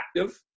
active